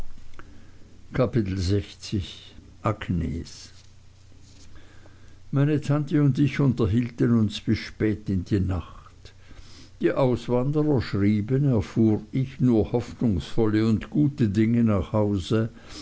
kapitel agnes meine tante und ich unterhielten uns bis spät in die nacht die auswanderer schrieben erfuhr ich nur hoffnungsvolle und gute dinge nach hause